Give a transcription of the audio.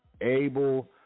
Able